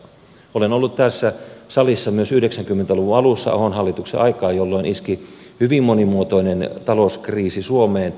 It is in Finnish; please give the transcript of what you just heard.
olen ollut tässä salissa myös yhdeksänkymmentä luvun alussa on hallituksen aikaa jolloin iski hyvin monimuotoinen talouskriisi suomeen